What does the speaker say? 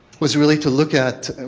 was really to look at,